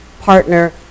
partner